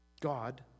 God